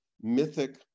mythic